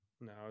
No